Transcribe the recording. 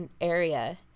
area